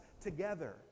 together